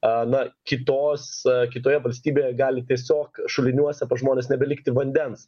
a na kitos e kitoje valstybėje gali tiesiog šuliniuose pas žmones nebelikti vandens